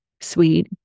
sweet